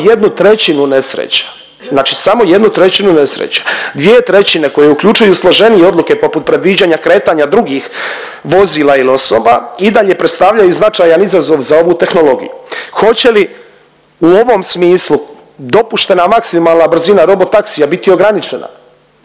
samo 1/3 nesreća. Znači samo 1/3 nesreća, 2/3 koje uključuje složenije odluke poput predviđanja kretanja drugih vozila ili osoba i dalje predstavljaju značajan izazov za ovu tehnologiju. Hoće li u ovom smislu dopuštena maksimalna brzina robotaksija biti ograničena?